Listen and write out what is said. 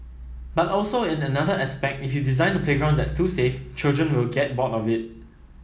but also in another aspect if you design a playground that's too safe children will get bored of it